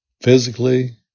physically